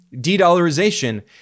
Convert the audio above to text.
de-dollarization